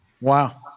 Wow